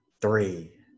three